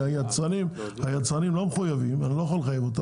למעשה את היצרנים אנחנו לא יכולים לחייב,